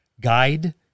guide